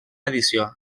edició